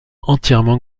entièrement